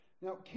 Now